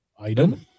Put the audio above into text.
Item